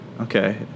Okay